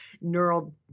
neural